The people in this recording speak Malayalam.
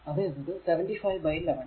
അത് എന്നത് 75 ബൈ 11